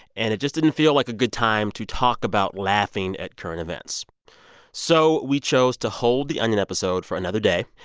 and it just didn't feel like a good time to talk about laughing at current events so we chose to hold the onion episode for another day.